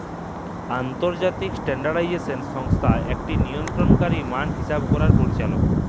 আলতর্জাতিক ইসট্যানডারডাইজেসল সংস্থা ইকট লিয়লতরলকারি মাল হিসাব ক্যরার পরিচালক